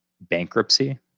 bankruptcy